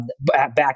back